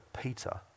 Peter